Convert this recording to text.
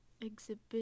Exhibit